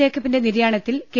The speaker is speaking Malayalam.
ജേക്കബിന്റെ നിര്യാണത്തിൽ കെ